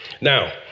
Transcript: Now